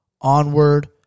Onward